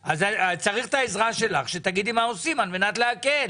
צריך את העזרה שלך שתגידי מה עושים על מנת להקל.